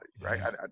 Right